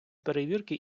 перевірки